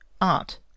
art